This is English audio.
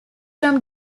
from